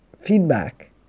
feedback